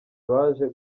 baje